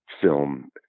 film